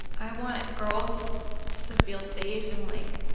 i want girls to feel safe. and, like,